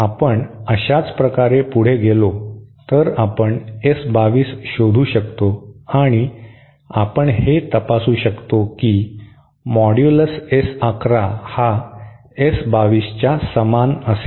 आपण अशाच प्रकारे पुढे गेलो तर आपण S 2 2 शोधू शकतो आणि आपण हे तपासू शकतो की मॉड्यूलस S 1 1 हा S 2 2 च्या समान असेल